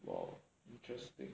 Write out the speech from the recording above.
!wow! interesting